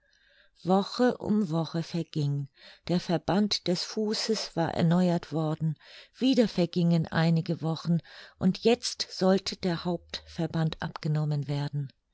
woche um woche verging der verband des fußes war erneuert worden wieder vergingen einige wochen und jetzt sollte der hauptverband abgenommen werden